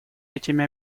этими